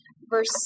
verse